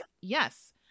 yes